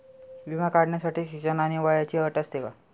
विमा काढण्यासाठी शिक्षण आणि वयाची अट असते का?